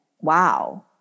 wow